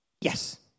Yes